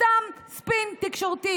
סתם ספין תקשורתי,